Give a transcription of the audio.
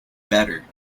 better